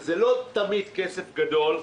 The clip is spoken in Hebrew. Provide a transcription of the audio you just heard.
וזה לא תמיד כסף גדול,